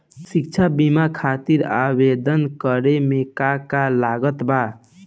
शिक्षा बीमा खातिर आवेदन करे म का का लागत बा?